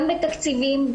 גם בתקציבים,